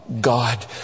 God